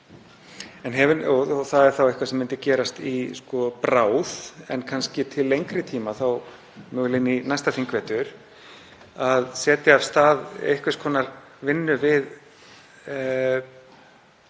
og það er þá eitthvað sem myndi gerast í bráð en kannski til lengri tíma, þá mögulega inn í næsta þingvetur — að setja af stað einhvers konar vinnu við